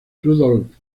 rudolf